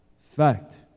fact